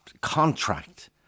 contract